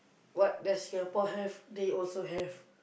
what does Singapore have they also have